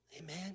Amen